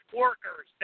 workers